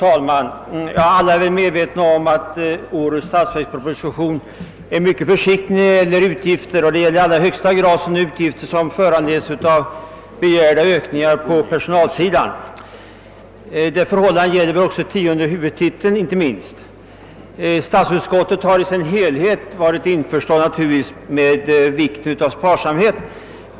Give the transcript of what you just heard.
Herr talman! Alla är väl medvetna om att man i årets statsverksproposition är mycket försiktig med utgifterna. I allra högsta grad gäller detta utgifter som föranleds av begärda ökningar på personalsidan, och detta förhållande återspeglas inte minst under tionde huvudtiteln. Statsutskottet har i sin helhet naturligtvis varit införstått med behovet av sparsamhet.